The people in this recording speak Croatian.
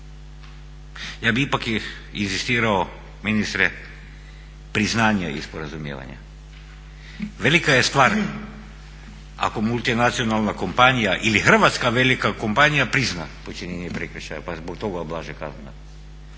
Ja bih ipak inzistirao ministre priznanja i sporazumijevanja. Velika je stvar ako multinacionalna kompanija ili hrvatska velika kompanija prizna počinjenje prekršaja pa zbog toga ublaži kaznu.